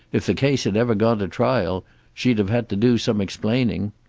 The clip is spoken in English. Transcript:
if the case had ever gone to trial she'd have had to do some explaining.